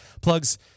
Plugs